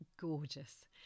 gorgeous